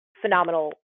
phenomenal